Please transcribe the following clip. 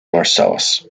marcellus